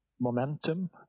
momentum